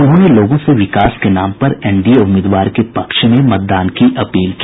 उन्होंने लोगों से विकास के नाम पर एनडीए उम्मीदवार के पक्ष में मतदान की अपील की